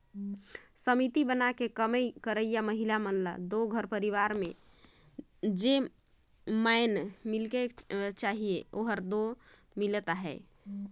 समिति बनाके कमई करइया महिला मन ल दो घर परिवार में जउन माएन मिलेक चाही ओहर दो मिलते अहे